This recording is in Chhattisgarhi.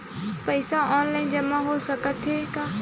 पईसा ऑनलाइन जमा हो साकत हे का?